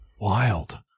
wild